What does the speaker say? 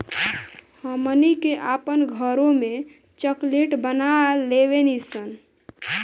हमनी के आपन घरों में चॉकलेट बना लेवे नी सन